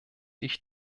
ich